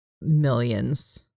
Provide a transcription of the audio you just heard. millions